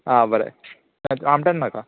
आं बरें आमटान नाका